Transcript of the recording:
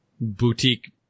boutique